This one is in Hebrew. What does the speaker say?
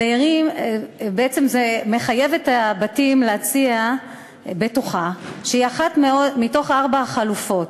בעצם זה מחייב את הבתים להציע בטוחה שהיא אחת מתוך ארבע החלופות,